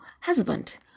husband